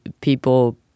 people